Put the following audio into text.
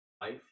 life